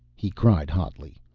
he cried hotly.